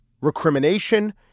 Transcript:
recrimination